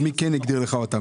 מי כן הגדיר לך את זה?